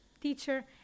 teacher